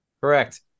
Correct